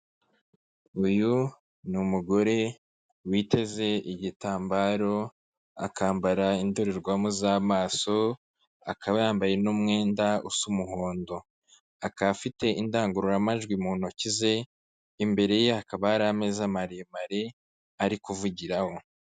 Uyu ni umugore witeze igitambaro akambara indorerwamo z'amaso, akaba yambaye n'umwenda usa umuhondo, akaba afite indangururamajwi mu ntoki ze, imbere ye akaba hari ameza maremare ari kuvugiraho.